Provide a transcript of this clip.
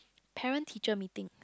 parent teacher meeting